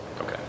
Okay